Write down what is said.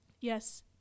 Yes